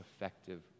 effective